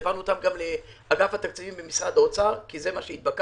העברנו אותן גם לאגף התקציבים במשרד האוצר כי כך התבקשנו.